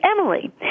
Emily